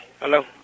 Hello